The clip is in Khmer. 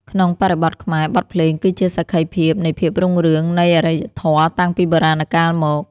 ក្នុងបរិបទខ្មែរ បទភ្លេងគឺជាសក្ខីភាពនៃភាពរុងរឿងនៃអរិយធម៌តាំងពីបុរាណកាលមក។